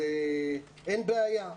אז אין בעיה.